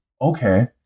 okay